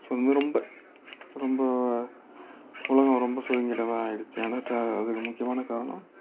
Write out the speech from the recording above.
ரொம்ப ரொம்ப ரொம்ப உலகம் ரொம்ப சுருங்கிட்டதாக ஆகிடுச்சி ஏன்னா அதுக்கு முக்கியமான காரணம்